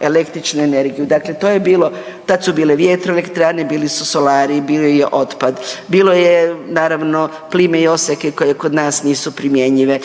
električnu energiju, dakle to je bilo, tad su bile vjetroelektrane, bili su solari, bio je otpad, bilo je naravno plime i oseke koje kod nas nisu primjenjive,